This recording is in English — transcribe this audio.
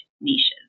niches